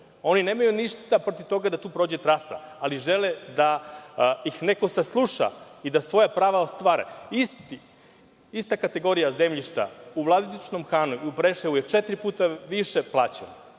Oni nemaju ništa protiv toga da tu prođe trasa, ali žele da ih neko sasluša i da svoja prava ostvare. Ista kategorija zemljišta u Vladičinom Hanu, u Preševu je četiri puta više plaćena.